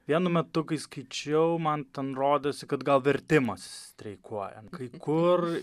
vienu metu kai skaičiau man ten rodėsi kad gal vertimas streikuoja kai kur